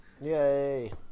Yay